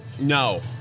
No